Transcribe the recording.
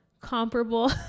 comparable